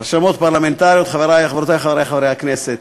רשמות פרלמנטריות, חברי וחברותי חברי הכנסת,